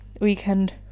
weekend